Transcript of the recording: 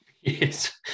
yes